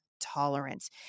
tolerance